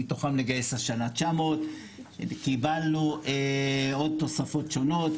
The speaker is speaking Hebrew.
שמתוכם נגייס השנה 900. קיבלנו עוד תוספות שונות.